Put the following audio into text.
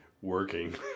working